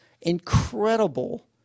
incredible